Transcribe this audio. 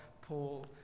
Paul